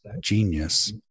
genius